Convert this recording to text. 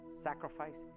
sacrifice